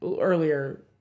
earlier